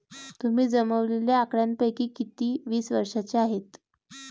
तुम्ही जमवलेल्या आकड्यांपैकी किती वीस वर्षांचे आहेत?